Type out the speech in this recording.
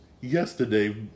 yesterday